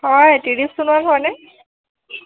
হয় ত্ৰিদীৱ সোণোৱাল হয়নে